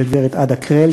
וגברת עדה קרל,